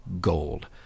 gold